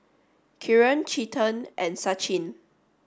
Kiran Chetan and Sachin